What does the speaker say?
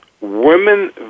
women